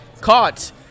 caught